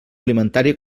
alimentària